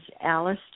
Alice